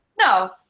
No